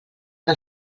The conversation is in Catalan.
que